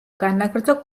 განაგრძო